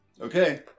Okay